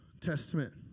Testament